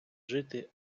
жити